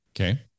Okay